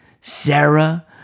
Sarah